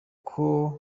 abari